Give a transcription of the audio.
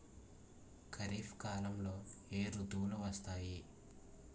ఖరిఫ్ కాలంలో ఏ ఋతువులు వస్తాయి?